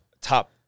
top